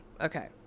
Okay